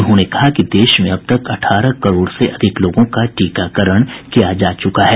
उन्होंने कहा कि देश में अब तक अठारह करोड़ से अधिक लोगों का टीकाकरण किया जा चुका है